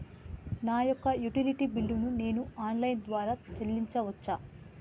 నా యొక్క utility bill ను నేను ఆన్ లైన్ ద్వారా చెల్లించొచ్చా?